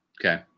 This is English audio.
Okay